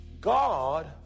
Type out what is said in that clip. god